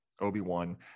Obi-Wan